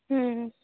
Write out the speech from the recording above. हं